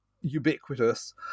ubiquitous